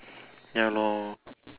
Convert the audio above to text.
ya lor